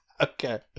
Okay